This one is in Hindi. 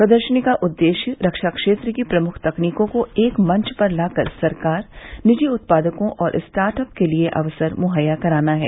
प्रदर्शनी का उदेश्य रक्षा क्षेत्र की प्रमुख तकनीकों को एक मंच पर लाकर सरकार निजी उत्पादकों और स्टार्ट अप के लिर्ये अवसर मुहैया कराना है